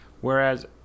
Whereas